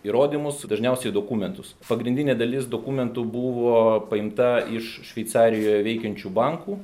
įrodymus dažniausiai dokumentus pagrindinė dalis dokumentų buvo paimta iš šveicarijoje veikiančių bankų